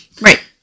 right